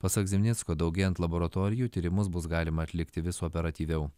pasak zimnicko daugėjant laboratorijų tyrimus bus galima atlikti vis operatyviau